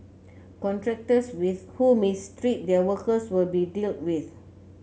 contractors with who mistreat their workers will be dealt with